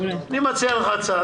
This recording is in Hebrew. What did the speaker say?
אני מציע לך הצעה,